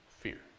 fear